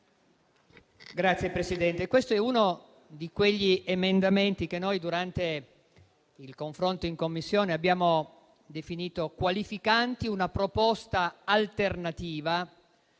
Signor Presidente, questo è uno di quegli emendamenti che noi, durante il confronto in Commissione, abbiamo definito qualificanti una proposta alternativa